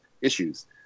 issues